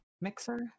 mixer